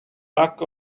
luck